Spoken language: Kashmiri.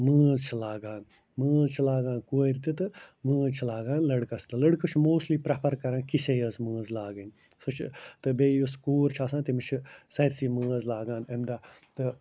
مٲنٛز چھِ لاگان مٲنٛز چھِ لاگان کورِ تہٕ تہٕ مٲنٛز چھِ لاگان لڑکَس تہِ لڑکہٕ چھِ موسلی پرٛٮ۪فر کران کِسے یٲژ مٲنٛز لاگٕنۍ سُہ چھِ تہٕ بیٚیہِ یُس کوٗر چھِ آسان تٔمِس چھِ سٲرسی مٲنٛز لاگان اَمہِ دۄہ تہٕ